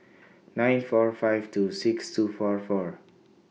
nine four five two six two four four